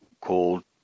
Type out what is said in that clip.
called